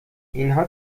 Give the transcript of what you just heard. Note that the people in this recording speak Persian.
اینها